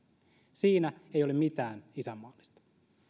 siinä ei ole mitään isänmaallista